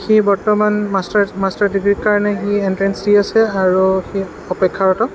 সি বৰ্ত্তমান masters master ডিগ্ৰীৰ কাৰণে সি এনট্ৰেনছ দি আছে আৰু সি অপেক্ষাৰত